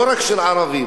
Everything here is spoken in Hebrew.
לא רק של ערבים,